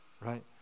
right